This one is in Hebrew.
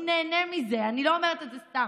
הוא נהנה מזה, אני לא אומרת את זה סתם.